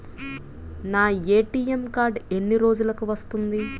నా ATM card ఎన్ని రోజులకు వస్తుంది?